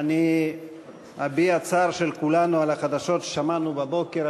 אני אביע צער של כולנו על החדשות ששמענו בבוקר